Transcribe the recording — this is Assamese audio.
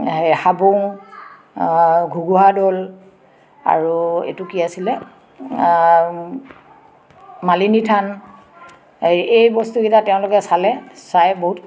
হেৰি হাবুং ঘুগুহা দৌল আৰু এইটো কি আছিলে মালিনী থান এই বস্তুকেইটা তেওঁলোকে চালে চাই বহুত